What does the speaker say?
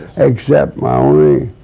except my only